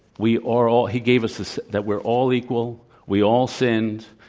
we are all he gave us us that we're all equal, we all sinned,